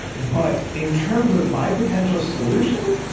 but in terms of my potential solution,